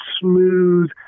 smooth